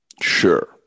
Sure